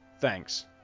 Thanks